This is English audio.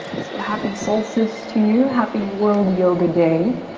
so happy solstice to you. happy world yoga day.